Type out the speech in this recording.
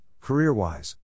career-wise